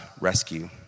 rescue